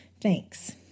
thanks